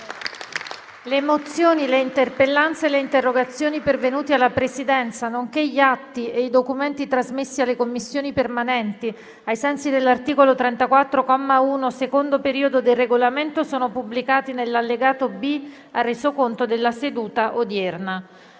Le mozioni, le interpellanze e le interrogazioni pervenute alla Presidenza, nonché gli atti e i documenti trasmessi alle Commissioni permanenti ai sensi dell'articolo 34, comma 1, secondo periodo, del Regolamento sono pubblicati nell'allegato B al Resoconto della seduta odierna.